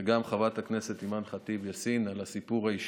היה הולך ומעודד ואומר: הינה, אני